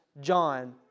John